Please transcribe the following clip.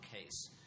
case